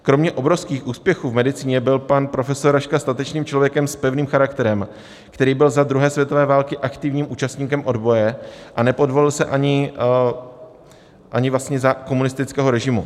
Kromě obrovských úspěchů v medicíně byl pan profesor Raška statečným člověkem s pevným charakterem, který byl za druhé světové války aktivním účastníkem odboje a nepodvolil se ani vlastně za komunistického režimu.